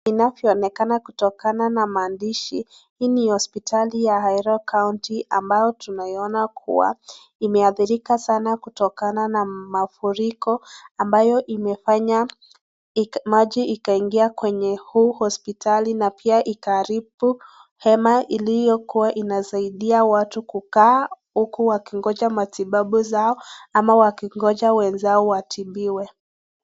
Inavyo onekana kutoka na maandishi, hii ni hospitali ya Hairo county ambayo tunaona kuwa imeadhirika sana kutokana na mafuriko ambayo imefanya maji ikaingia kwenye hii hospitali na pia ikaharibu hema iliyokuwa inasaidia watu kukaa huku wakingoja matibabu zao, ama wakingoja wenzao watibiwe.